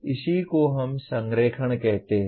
इसी को हम संरेखण कहते है